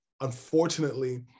unfortunately